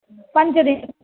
पञ्चदिनम्